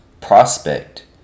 prospect